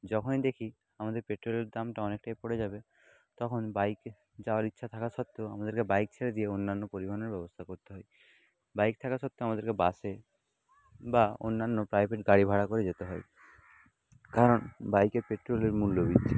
যখনই দেখি আমাদের পেট্রোলের দামটা অনেকটাই পড়ে যাবে তখন বাইকে যাওয়ার ইচ্ছা থাকা সত্ত্বেও আমাদেরকে বাইক ছেড়ে দিয়ে অন্যান্য পরিবহণের ব্যবস্থা করতে হয় বাইক থাকা সত্ত্বেও আমাদেরকে বাসে বা অন্যান্য প্রাইভেট গাড়ি ভাড়া করে যেতে হয় কারণ বাইকে পেট্রোলের মূল্য বৃদ্ধি